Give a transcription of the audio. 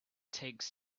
takes